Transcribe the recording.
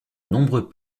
nombreux